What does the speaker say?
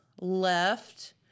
left